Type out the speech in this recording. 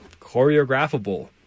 choreographable